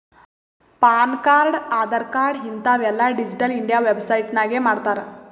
PAN card, Aadhaar card ಹಿಂತಾವ್ ಎಲ್ಲಾ digital India website ನಾಗೆ ಮಾಡ್ತಾರ್